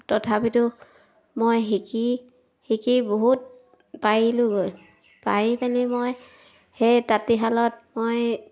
তথাপিতো মই শিকি শিকি বহুত পাৰিলোঁগৈ পাৰি পিনি মই সেই তাঁতীশালত মই